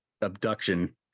abduction